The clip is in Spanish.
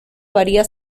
varía